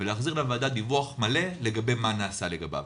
ולהחזיר לוועדה דיווח מלא לגבי מה נעשה לגביו.